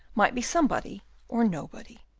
might be somebody or nobody.